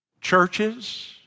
churches